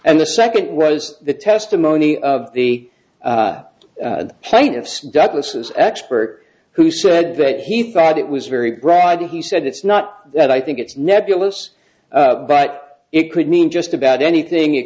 and the second was the testimony of the plaintiff's douglas's expert who said that he thought it was very bright he said it's not that i think it's nebulous but it could mean just about anything it